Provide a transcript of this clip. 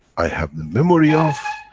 i have the memory of,